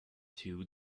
two